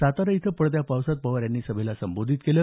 सातारा इथं पडत्या पावसात पवार यांनी सभेला संबोधित केलं